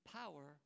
power